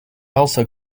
also